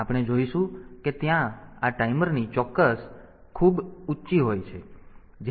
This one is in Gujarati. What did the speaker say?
તેથી આપણે જોઈશું કે ત્યાં આ ટાઈમરની ચોકસાઇ ખૂબ ઊંચી હોય છે